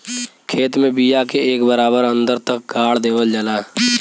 खेत में बिया के एक बराबर अन्दर तक गाड़ देवल जाला